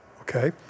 Okay